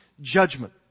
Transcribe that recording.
judgment